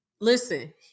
Listen